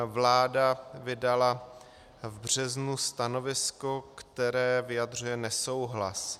Vláda vydala v březnu stanovisko, které vyjadřuje nesouhlas.